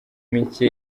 mike